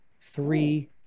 three